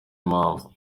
impamvu